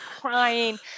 crying